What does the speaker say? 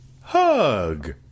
Hug